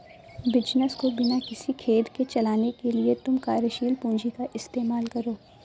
business को बिना किसी खेद के चलाने के लिए तुम कार्यशील पूंजी का इस्तेमाल करो